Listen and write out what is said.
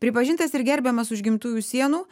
pripažintas ir gerbiamas už gimtųjų sienų